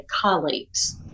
colleagues